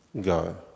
go